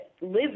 live